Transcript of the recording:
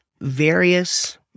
various